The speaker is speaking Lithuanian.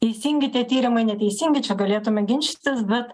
teisingi tie tyrimai neteisingi čia galėtume ginčytis bet